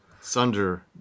Sunder